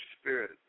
Spirit